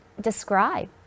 describe